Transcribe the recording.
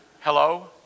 Hello